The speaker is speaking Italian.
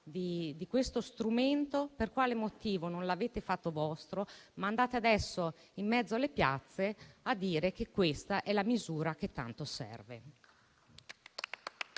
di questo strumento, per quale motivo non l'avete fatto vostro, ma andate adesso nelle piazze a dire che questa è la misura che tanto serve?